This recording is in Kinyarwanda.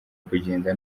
kugenda